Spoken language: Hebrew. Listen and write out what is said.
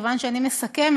מכיוון שאני מסכמת,